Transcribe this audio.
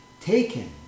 taken